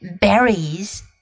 berries